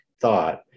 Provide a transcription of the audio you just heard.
thought